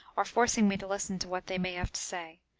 or forcing me to listen to what they may have to say.